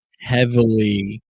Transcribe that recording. heavily